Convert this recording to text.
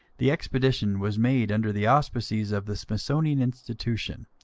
the expedition was made under the auspices of the smithsonian institution,